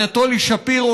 אנטולי שפירו,